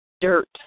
dirt